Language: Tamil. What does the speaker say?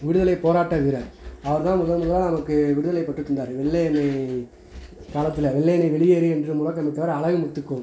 விடுதலை போராட்ட வீரர் அவர் தான் முதல் முதலாக நமக்கு விடுதலை பெற்று தந்தார் வெள்ளையனை காலத்தில் வெள்ளையனை வெளியேறு என்று முழக்கம் இட்டவர் அழகு முத்து கோன்